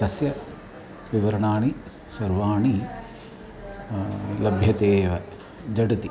तस्य विवरणानि सर्वाणि लभ्यते एव जडति